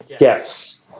Yes